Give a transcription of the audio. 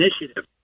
initiative